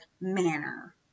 manner